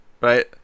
Right